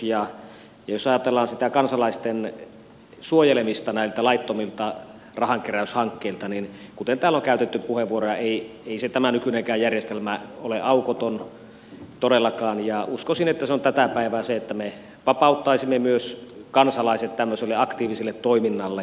jos ajatellaan sitä kansalaisten suojelemista näiltä laittomilta rahankeräyshankkeilta niin kuten täällä on käytetty puheenvuoroja ei tämä nykyinenkään järjestelmä ole aukoton todellakaan ja uskoisin että se on tätä päivää että me vapauttaisimme myös kansalaiset tämmöiselle aktiiviselle toiminnalle